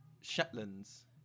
Shetlands